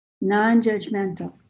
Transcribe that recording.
non-judgmental